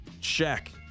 check